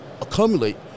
accumulate